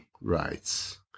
rights